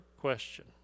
question